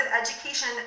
education